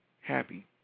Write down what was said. happy